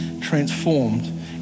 transformed